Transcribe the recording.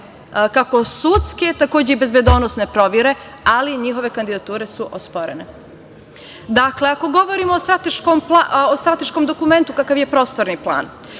kako sudske, takođe i bezbednosne provere, ali njihove kandidature su osporene. Ako govorimo o strateškom dokumentu, kakav je Prostorni plan,